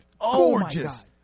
gorgeous